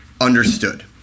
understood